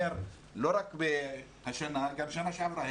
לא רק השנה אלא גם שנה שעברה,